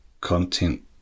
content